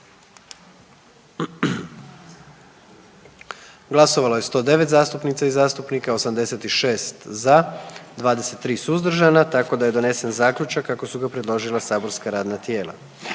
Glasovalo je 108 zastupnica i zastupnika, 101 za, 7 suzdržanih, tako da je donesen Zaključak kako su ga predložila saborska radna tijela.